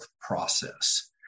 process